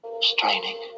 Straining